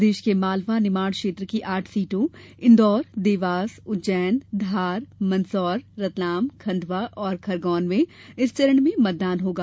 प्रदेश के मालवा निमाड़ क्षेत्र की आठ सीटों इंदौर देवास उज्जैन धार मंदसौर रतलाम खंडवा और खरगौन में इस चरण में मतदान होगा